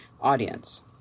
audience